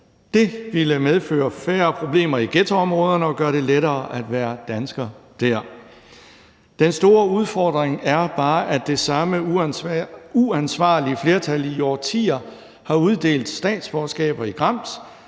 Det ville medføre færre problemer i ghettoområderne og gøre det lettere at være dansker dér. Den store udfordring er bare, at det samme uansvarlige flertal i årtier har kastet statsborgerskaber i grams,